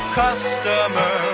customer